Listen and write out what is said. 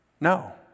No